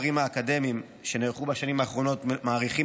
והמחקרים האקדמיים שנערכו בשנים האחרונות מעריכים